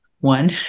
one